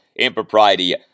impropriety